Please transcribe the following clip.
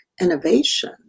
innovation